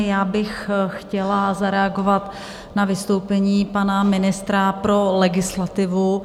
Já bych chtěla zareagovat na vystoupení pana ministra pro legislativu.